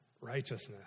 Righteousness